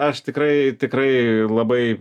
aš tikrai tikrai labai